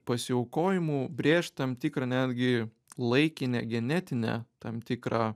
pasiaukojimų brėžt tam tikrą netgi laikinę genetinę tam tikrą